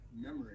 memory